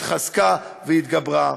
התחזקה והתגברה.